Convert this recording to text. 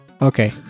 Okay